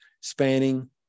spanning